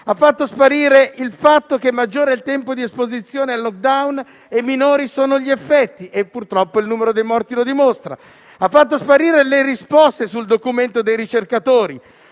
Ha fatto sparire il fatto che maggiore è il tempo di esposizione al *lockdown* e minori sono gli effetti e purtroppo il numero dei morti lo dimostra; ha fatto sparire le risposte sul documento dei ricercatori;